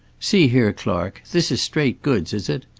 see here, clark, this is straight goods, is it?